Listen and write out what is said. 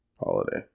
holiday